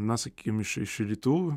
na sakykime iš iš rytų